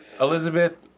Elizabeth